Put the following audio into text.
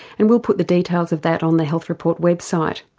and we'll put the details of that on the health report website.